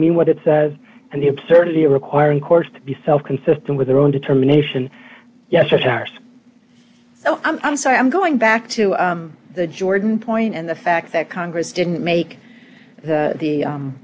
mean what it says and the absurdity of requiring courts to be self consistent with their own determination yes or chars so i'm sorry i'm going back to the jordan point and the fact that congress didn't make the